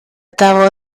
того